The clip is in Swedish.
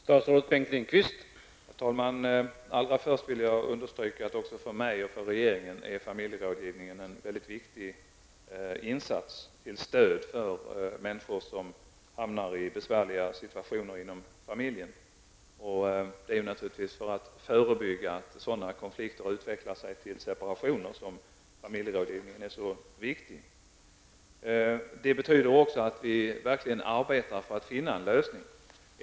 Herr talman! Allra först vill jag understryka att också för mig och för regeringen är familjerådgivningen en mycket viktig insats till stöd för människor som hamnar i besvärliga situationer inom familjen. Det är naturligtvis för att förhindra att sådana konflikter utvecklar sig till separationer som familjerådgivningen är så viktig. Vi arbetar också verkligen för att finna en lösning.